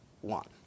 one